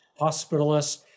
hospitalists